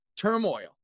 turmoil